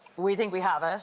we think we have ah